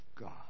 God